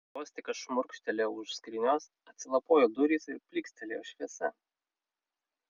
vos tik aš šmurkštelėjau už skrynios atsilapojo durys ir plykstelėjo šviesa